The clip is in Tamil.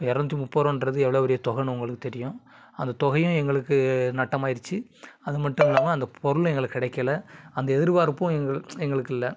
ஸோ இரநூத்தி முப்பதுருபான்றது எவ்வளோ பெரிய தொகைனு உங்களுக்கு தெரியும் அந்த தொகையும் எங்களுக்கு நட்டமாயிடுச்சி அது மட்டும் இல்லாமல் அந்த பொருளும் எங்களுக்கு கிடைக்கல அந்த எதிர்பார்ப்பும் எங்கள் எங்களுக்கு இல்லை